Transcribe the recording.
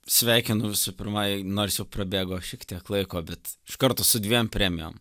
sveikinu visų pirma nors jau prabėgo šiek tiek laiko bet iš karto su dviem premijom